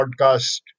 podcast